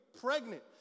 pregnant